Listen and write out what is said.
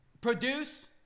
produce